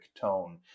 tone